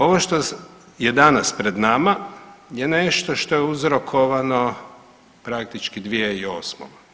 Ovo što je danas pred nama je nešto što je uzrokovano praktički 2008.